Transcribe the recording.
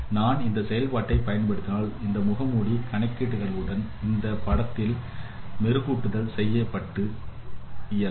நான் இந்த செயல்பாட்டை பயன்படுத்தினால் இந்த முகமூடி கணக்கீட்டு களுடன் இந்த படத்தில் மெருகூட்டல் செயல்பாடு செய்ய இயலும்